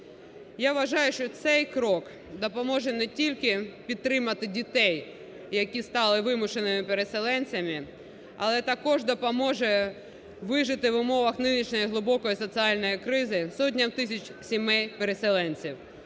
Я вважаю, що цей крок допоможе не тільки підтримати дітей, які стали вимушеними переселенцями, але також допоможе вижити в умовах нинішньої глибокої соціальної кризи сотням тисяч сімей переселенців.